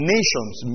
Nations